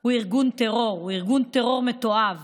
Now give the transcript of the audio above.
הוא ארגון טרור, הוא ארגון טרור מתועב